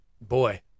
boy